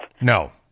No